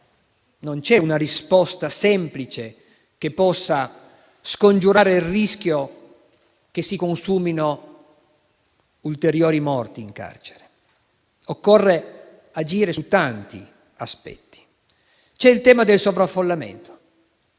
non c'è una risposta semplice che possa scongiurare il rischio che si consumino ulteriori morti in carcere, ma occorre agire su tanti aspetti. C'è il tema serissimo del sovraffollamento: